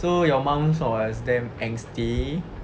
so your mum was damn angsty